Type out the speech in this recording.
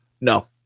No